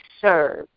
serve